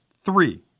three